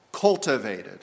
cultivated